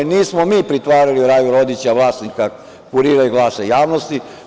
Nismo mi pritvarali Raju Rodića, vlasnika „Kurira“ i „Glasa javnosti“